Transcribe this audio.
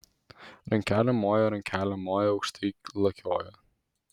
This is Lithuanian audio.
rankelėm moja rankelėm moja aukštai lakioja